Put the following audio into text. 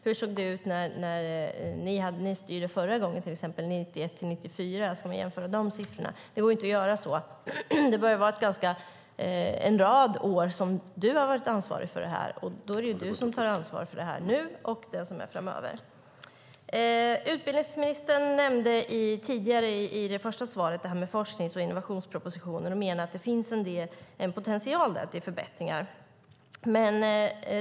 Hur såg det ut när ni styrde förra gången, 1991-1994? Ska vi jämföra med de siffrorna? Så kan man inte göra. Du har varit ansvarig för detta ganska många år, och det är du som har ansvar för det nu och framöver. Utbildningsministern nämnde forsknings och innovationspropositionen i sitt svar och menade att det finns en potential till förbättringar.